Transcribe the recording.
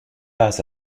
pas